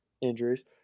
injuries